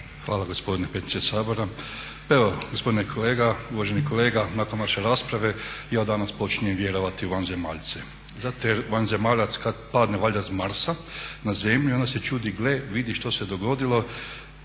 Hvala gospodine predsjedniče Sabora. Pa evo uvaženi kolega nakon vaše rasprave ja danas počinjem vjerovati u vanzemaljce zato je vanzemaljac kad padne valjda s Marsa na zemlju i onda se čudi gle vidi što se dogodilo